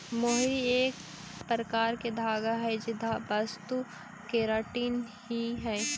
मोहरी एक प्रकार के धागा हई जे वस्तु केराटिन ही हई